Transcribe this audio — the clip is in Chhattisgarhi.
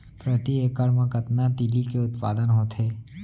प्रति एकड़ मा कतना तिलि के उत्पादन होथे?